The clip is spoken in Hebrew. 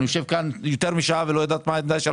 אני יושב כאן יותר משעה ולא יודע מה עמדתו.